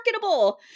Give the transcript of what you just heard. marketable